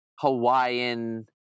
hawaiian